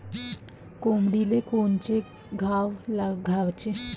कोंबडीले कोनच खाद्य द्याच?